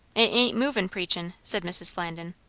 ain't movin' preachin', said mrs. flandin.